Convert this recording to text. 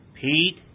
Pete